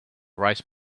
rice